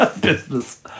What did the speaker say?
Business